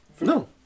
No